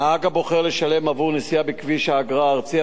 נהג הבוחר לשלם עבור נסיעה בכביש האגרה הארצי,